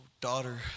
daughter